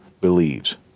believes